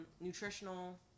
nutritional